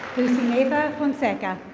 lucineida fonseca.